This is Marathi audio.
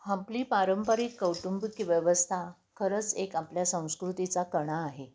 आपली पारंपरिक कौटुंबिक व्यवस्था खरंच एक आपल्या संस्कृतीचा कणा आहे